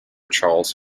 charles